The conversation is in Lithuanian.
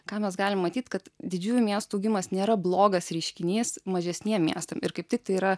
ką mes galim matyt kad didžiųjų miestų augimas nėra blogas reiškinys mažesniem miestam ir kaip tik tai yra